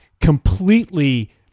completely